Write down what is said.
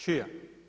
Čija?